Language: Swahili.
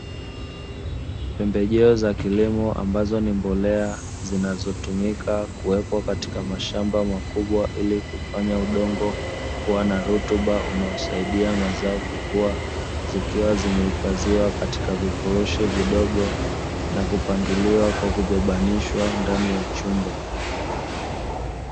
Pembejeo za kilimo ambazo ni mbolea zinazotumika kuwekwa katika mashamba makubwa ili kufanya udongo kuwa na rutuba unaosaidia mazao kukua, zikiwa zimehifadhiwa katika vifurushi vidogo na kupangiliwa kwa kubebanishwa ndani ya chumba.